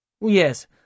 Yes